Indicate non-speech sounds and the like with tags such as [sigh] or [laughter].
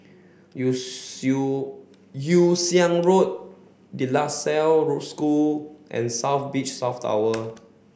Yew [unintelligible] Yew Siang Road De La Salle Road School and South Beach South Tower